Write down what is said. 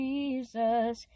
Jesus